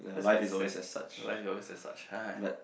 that's quite sad life is always as such